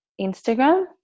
Instagram